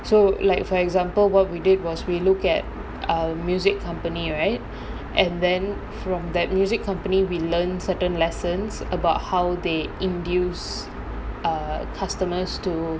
so like for example what we did was we look at a music company right and then from that music company we learnt certain lessons about how they induce err customers to